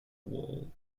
wall